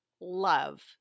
love